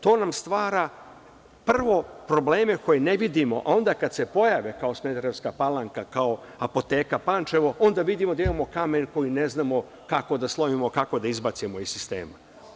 To nam stvara, prvo, probleme koje ne vidimo, a onda kada se pojave kao Smederevska Palanka, kao Apoteka Pančevo, onda vidimo da imamo kamen koji ne znamo kako da sklonimo, kako da izbacimo iz sistema.